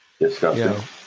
disgusting